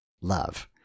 love